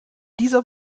dieser